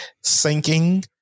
sinking